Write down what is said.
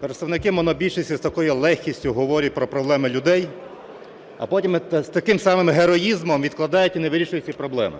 Представники монобільшості з такою легкістю говорять про проблеми людей, а потім з таким самим героїзмом відкладають і не вирішують ці проблеми.